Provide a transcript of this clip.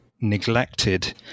neglected